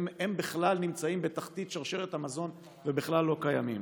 הם בכלל נמצאים בתחתית שרשרת המזון ובכלל לא קיימים.